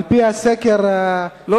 על-פי הסקר,